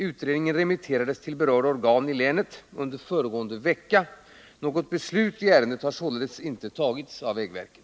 Utredningen remitterades till berörda organ i länet under föregående vecka. Något beslut i ärendet har således inte tagits av vägverket.